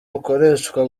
bukoreshwa